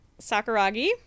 Sakuragi